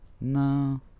No